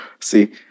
See